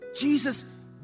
Jesus